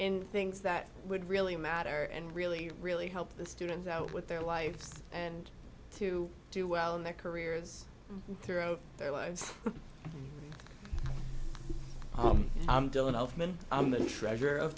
in things that would really matter and really really help the students out with their lives and to do well in their careers through their lives oh i'm the treasurer of